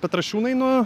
petrašiūnai nu